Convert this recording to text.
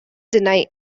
deny